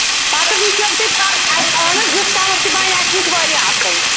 پَتہٕ وُچھو تہِ اسہِ اَہن حظ ڈِسکاوُنٛٹ تہِ بَنہِ اَسہِ نِش واریاہ اَصٕل